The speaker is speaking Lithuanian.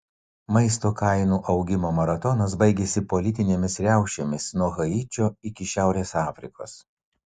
maisto kainų augimo maratonas baigėsi politinėmis riaušėmis nuo haičio iki šiaurės afrikos